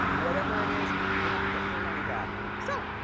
whatever it is, you're not getting your money back. so,